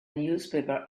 newspaper